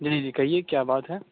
جی جی کہیے کیا بات ہے